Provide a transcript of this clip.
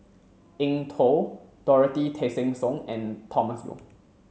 Eng Tow Dorothy Tessensohn and Thomas Yeo